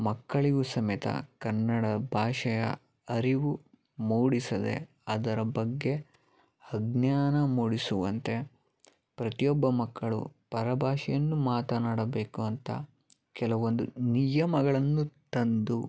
ಮಕ್ಕಳಿಗೂ ಸಮೇತ ಕನ್ನಡ ಭಾಷೆಯ ಅರಿವು ಮೂಡಿಸದೆ ಅದರ ಬಗ್ಗೆ ಅಜ್ಞಾನ ಮೂಡಿಸುವಂತೆ ಪ್ರತಿಯೊಬ್ಬ ಮಕ್ಕಳು ಪರಭಾಷೆಯನ್ನು ಮಾತನಾಡಬೇಕು ಅಂತ ಕೆಲವೊಂದು ನಿಯಮಗಳನ್ನು ತಂದು